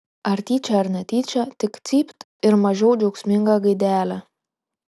ar tyčia ar netyčia tik cypt ir mažiau džiaugsminga gaidelė